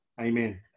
amen